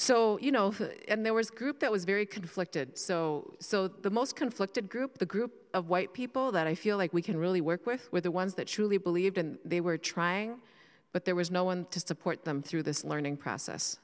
so you know there was a group that was very conflicted so so the most conflicted group the group of white people that i feel like we can really work with were the ones that surely believed and they were trying but there was no one to support them through this learning process